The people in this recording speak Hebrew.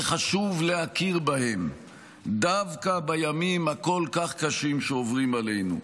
וחשוב להכיר בהם דווקא בימים הכל-כך קשים שעוברים עלינו,